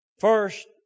First